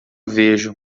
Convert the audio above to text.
vejo